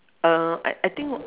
uh I I think